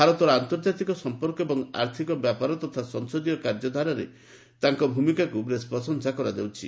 ଭାରତର ଆନ୍ତର୍ଜାତିକ ସମ୍ପର୍କ ଏବଂ ଆର୍ଥିକ ବ୍ୟାପାର ତଥା ସଂସଦୀୟ କାର୍ଯ୍ୟ ଧାରାରେ ତାଙ୍କୁ ଭୂମିକାକୁ ବେଶ୍ ପ୍ରଶଂସା କରାଯାଇଛି